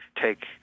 take